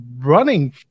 running